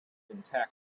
intact